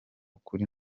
kuri